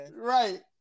Right